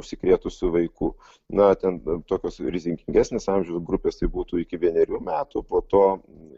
užsikrėtusių vaikų na ten tokios rizikingesnės amžiaus grupės tai būtų iki vienerių metų po to